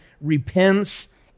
repents